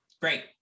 Great